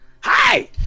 Hi